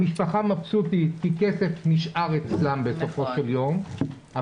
המשפחה מבסוטית כי כסף נשאר אצלם בסופו של יום,